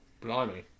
Blimey